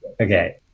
Okay